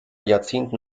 jahrzehnten